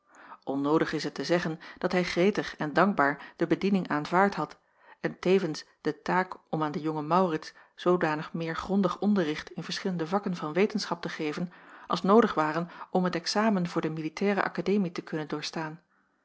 onnoodig is het te zeggen dat hij gretig en dankbaar de bediening aanvaard had en tevens de taak om aan den jongen maurits zoodanig meer grondig onderricht in verschillende vakken van wetenschap te geven als noodig waren om het examen voor de militaire akademie te kunnen doorstaan